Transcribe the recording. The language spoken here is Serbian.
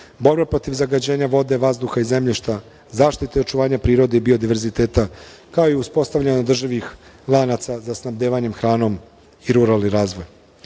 borba protiv zagađenja vode, vazduha i zemljišta, zaštita i očuvanje prirode i biodiverziteta, kao i uspotavljanje državnih lanaca za snabdevanje hranom i ruralni razvoj. Posebnu